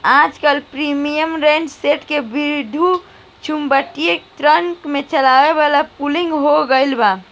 आजकल पम्पींगसेट के विद्युत्चुम्बकत्व यंत्र से चलावल पॉपुलर हो गईल बा